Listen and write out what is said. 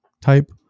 type